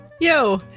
Yo